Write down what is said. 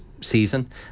season